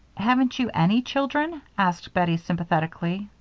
haven't you any children? asked bettie, sympathetically.